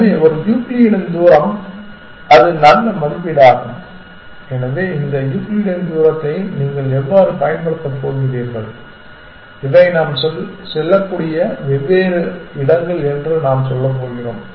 எனவே ஒன்று யூக்ளிடியன் தூரம் அது ஒரு நல்ல மதிப்பீடாகும் எனவே இந்த யூக்ளிடியன் தூரத்தை நீங்கள் எவ்வாறு பயன்படுத்தப் போகிறீர்கள் இவை நாம் செல்லக்கூடிய வெவ்வேறு இடங்கள் என்று நாம் சொல்லப்போகிறோம்